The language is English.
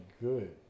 good